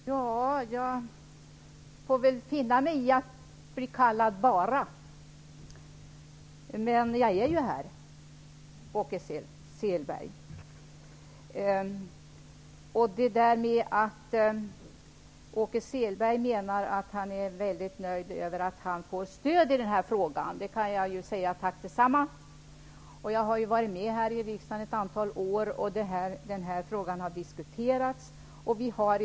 Herr talman! Jag får väl finna mig i att bli kallad ''bara'', men jag är ju här. Åke Selberg är nöjd med att han får stöd i den här frågan, och jag kan säga tack detsamma. Jag har varit med i riksdagen ett antal år, och frågan har diskuterats tidigare.